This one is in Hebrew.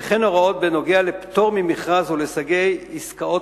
וכן הוראות בנוגע לפטור ממכרז ולסוגי עסקאות